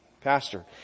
pastor